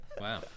Wow